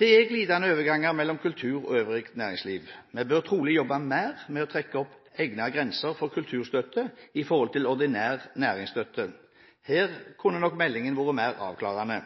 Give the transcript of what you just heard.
Det er glidende overganger mellom kultur og øvrig næringsliv. Vi bør trolig jobbe mer med trekke opp egnede grenser for kulturstøtte i forhold til ordinær næringsstøtte. Her kunne nok meldingen vært mer avklarende.